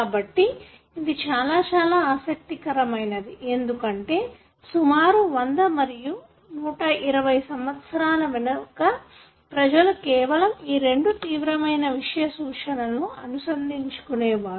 కాబట్టి ఇది చాలా చాలా ఆసక్తికరమైనది ఎందుకంటే సుమారు 100 మరియు 120 సంవత్సరాల వెనుక ప్రజలు కేవలం ఈ రెండు తీవ్రమైన విషయం సూచనలు అనుసందించుకునేవారు